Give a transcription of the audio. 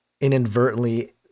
inadvertently